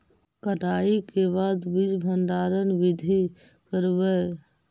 कटाई के बाद बीज भंडारन बीधी करबय?